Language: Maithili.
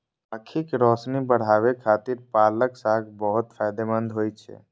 आंखिक रोशनी बढ़ाबै खातिर पालक साग बहुत फायदेमंद होइ छै